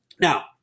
Now